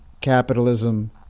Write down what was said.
capitalism